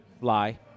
Lie